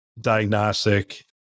diagnostic